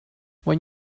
when